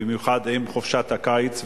במיוחד בחופשת הקיץ?